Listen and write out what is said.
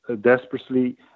desperately